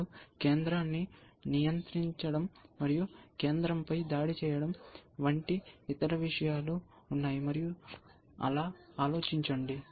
మరియు కేంద్రాన్ని నియంత్రించడం మరియు కేంద్రంపై దాడి చేయడం వంటి ఇతర విషయాలు ఉన్నాయి మరియు అలా ఆలోచించండి